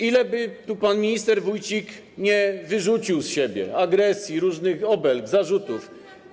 Ile by tu pan minister Wójcik nie wyrzucił z siebie agresji, różnych obelg, zarzutów.